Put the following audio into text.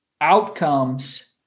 outcomes